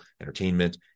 entertainment